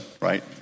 right